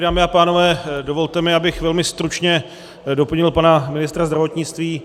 Dámy a pánové, dovolte mi, abych velmi stručně doplnil pana ministra zdravotnictví.